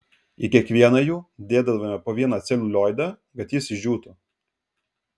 į kiekvieną jų dėdavome po vieną celiulioidą kad jis išdžiūtų